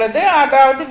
அதாவது V1 0 0 ஆகும்